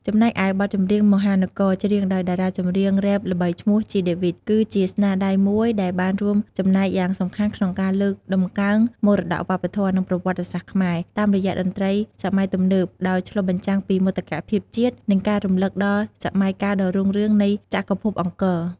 ចំណែកឯ បទចម្រៀង "មហានគរ" ច្រៀងដោយតារាចម្រៀងរ៉េបល្បីឈ្មោះ ជី ដេវីត គឺជាស្នាដៃមួយដែលបានរួមចំណែកយ៉ាងសំខាន់ក្នុងការលើកតម្កើងមរតកវប្បធម៌ និងប្រវត្តិសាស្ត្រខ្មែរ តាមរយៈតន្ត្រីសម័យទំនើបដោយឆ្លុះបញ្ចាំងពីមោទកភាពជាតិ និងការរំឭកដល់សម័យកាលដ៏រុងរឿងនៃចក្រភពអង្គរ។